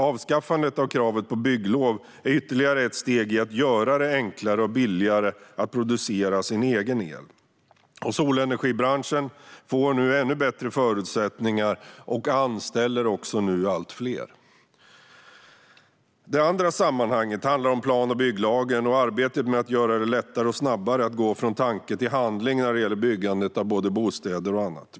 Avskaffandet av kravet på bygglov är ytterligare ett steg i att göra det enklare och billigare att producera sin egen el. Solenergibranschen får nu ännu bättre förutsättningar och anställer också allt fler. Det andra sammanhanget handlar om plan och bygglagen och arbetet med att göra det lättare och snabbare att gå från tanke till handling när det gäller byggandet av både bostäder och annat.